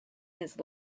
his